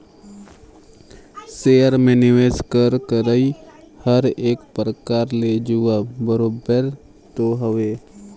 share में निवेस कर करई हर एक परकार ले जुआ बरोबेर तो हवे